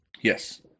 Yes